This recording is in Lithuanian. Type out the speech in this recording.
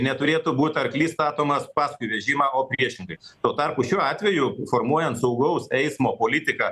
neturėtų būt arklys statomas paskui vežimą o priešingai tuo tarpu šiuo atveju formuojant saugaus eismo politiką